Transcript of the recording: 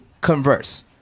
converse